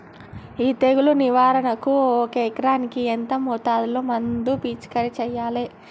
ఈ తెగులు నివారణకు ఒక ఎకరానికి ఎంత మోతాదులో మందు పిచికారీ చెయ్యాలే?